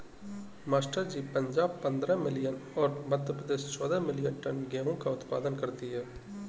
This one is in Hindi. मास्टर जी पंजाब पंद्रह मिलियन और मध्य प्रदेश चौदह मिलीयन टन गेहूं का उत्पादन करती है